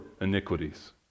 iniquities